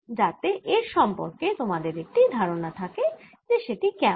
যাতে এর সম্পর্কে তোমাদের একটি ধারণা থাকে সেটি কেমন